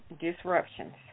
disruptions